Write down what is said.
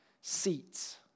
seats